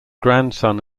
grandson